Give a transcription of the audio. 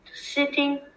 sitting